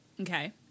Okay